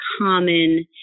common